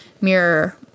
mirror